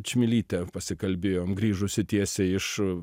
čmilyte pasikalbėjom grįžusi tiesiai iš